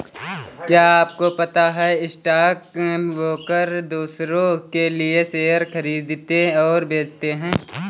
क्या आपको पता है स्टॉक ब्रोकर दुसरो के लिए शेयर खरीदते और बेचते है?